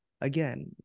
again